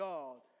God